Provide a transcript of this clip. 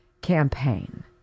campaign